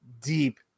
deep